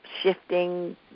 shifting